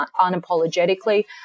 unapologetically